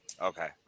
Okay